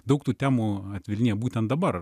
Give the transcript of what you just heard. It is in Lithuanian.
daug tų temų atvilnija būtent dabar